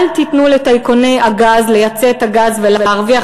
אל תיתנו לטייקוני הגז לייצא את הגז ולהרוויח